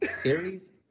series